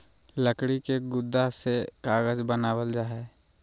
लकड़ी के गुदा से कागज बनावल जा हय